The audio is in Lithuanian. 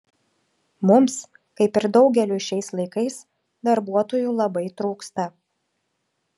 mums kaip ir daugeliui šiais laikais darbuotojų labai trūksta